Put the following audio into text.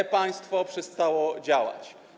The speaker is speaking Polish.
E-państwo przestało działać.